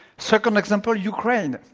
second example, ukraine.